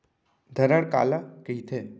धरण काला कहिथे?